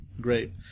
Great